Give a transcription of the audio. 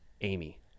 Amy